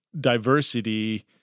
diversity